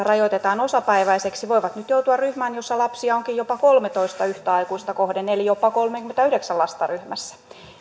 rajoitetaan osapäiväiseksi voivat nyt joutua ryhmään jossa lapsia onkin jopa kolmetoista yhtä aikuista kohden eli jopa kolmekymmentäyhdeksän lasta ryhmässä